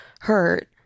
hurt